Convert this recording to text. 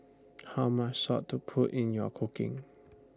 how much salt to put in your cooking